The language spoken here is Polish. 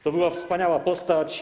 To była wspaniała postać.